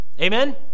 Amen